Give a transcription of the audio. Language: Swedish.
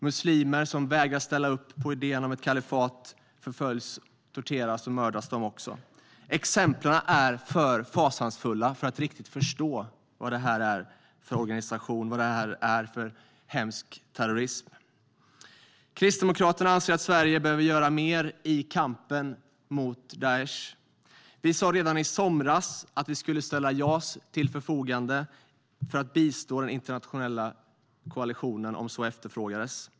Muslimer som vägrar ställa upp på idén om ett kalifat förföljs, torteras och mördas. Exemplen är för fasansfulla för att man riktigt ska kunna förstå vad det är för organisation - för att förstå denna hemska terrorism. Kristdemokraterna anser att Sverige behöver göra mer i kampen mot Daish. Vi sa redan i somras att vi skulle ställa JAS till förfogande för att bistå den internationella koalitionen om så efterfrågades.